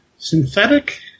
Synthetic